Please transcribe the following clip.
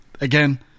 Again